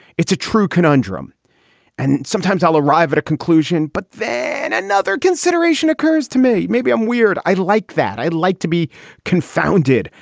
it's a true conundrum and sometimes i'll arrive at a conclusion. but then another consideration occurs to me. maybe i'm weird. i like that. i like to be confounded.